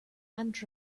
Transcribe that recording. and